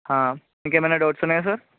ఇంకేమైనా డౌట్స్ ఉన్నాయా సార్